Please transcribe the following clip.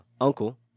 Uncle